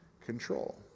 control